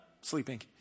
sleeping